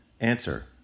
Answer